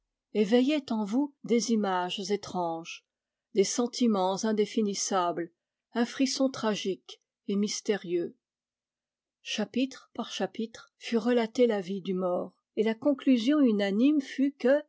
éveillait en vous des images étranges des sentiments indéfinissables un frisson tragique et mystérieux chapitre par chapitre fut relatée la vie du mort et la conclusion unanime fut que